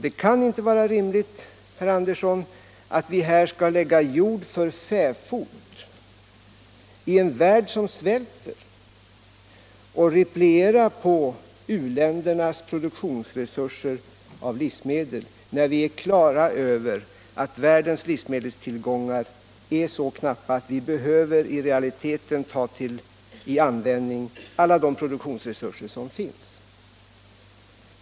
Det kan inte vara rimligt, herr Andersson, att vi här skall lägga jord för fäfot i en värld som svälter och repliera på u-ländernas produktionsresurser av livsmedel, när världens livsmedelstillgångar är så knappa att vi i realiteten behöver använda alla de produktionsresurser som finns.